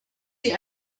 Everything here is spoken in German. sie